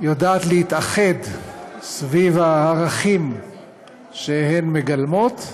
יודעת להתאחד סביב הערכים שהן מגלמות,